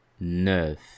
Neuf